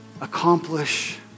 accomplish